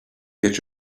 get